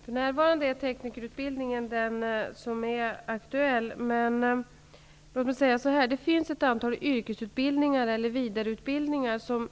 Herr talman! För närvarande är det teknikerutbildningen som är aktuell, men låt oss säga så här: Det finns ett antal yrkesutbildningar och vidareutbildningar som